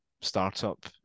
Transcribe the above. startup